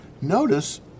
Notice